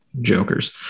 Jokers